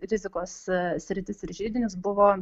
rizikos sritis ir židinius buvo